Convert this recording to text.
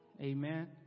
Amen